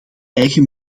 eigen